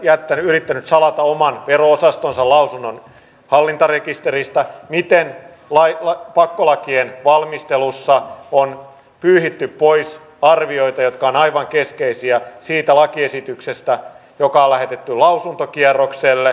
edustaja niikon esittelemä valtiovarainvaliokunnan mietintö korostaa mielestäni oikeita asioita ja mietinnössä esitetyistä asioista on pyyhitty pois arvioita jotka aivan keskeisiä siitä helppo olla yhtä mieltä